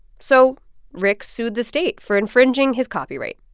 so rick sued the state for infringing his copyright.